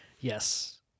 Yes